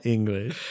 English